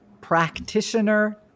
practitioner-